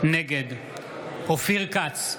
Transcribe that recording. נגד אופיר כץ,